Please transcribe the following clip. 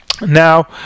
Now